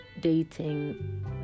dating